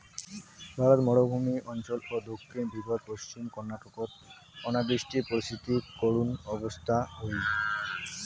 ভারতর মরুভূমি অঞ্চল ও দক্ষিণ বিদর্ভ, পশ্চিম কর্ণাটকত অনাবৃষ্টি পরিস্থিতি করুণ অবস্থা হই